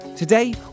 Today